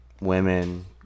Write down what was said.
women